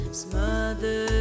smother